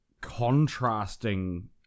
contrasting